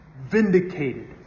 Vindicated